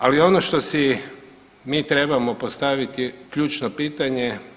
Ali ono što si mi trebamo postaviti je ključno pitanje.